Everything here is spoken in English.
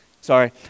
sorry